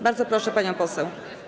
Bardzo proszę, pani poseł.